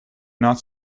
not